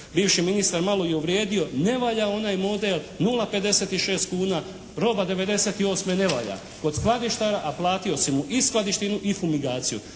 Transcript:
bivši ministar malo i uvrijedio ne valja onaj model 0,56 kuna, roba '98. ne valja kod skladištara a platio si mu i skladištinu i fumigaciju.